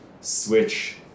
Switch